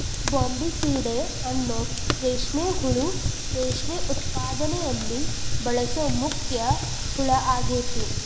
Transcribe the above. Bombycidae ಅನ್ನೋ ರೇಷ್ಮೆ ಹುಳು ರೇಷ್ಮೆ ಉತ್ಪಾದನೆಯಲ್ಲಿ ಬಳಸೋ ಮುಖ್ಯ ಹುಳ ಆಗೇತಿ